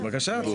בבקשה.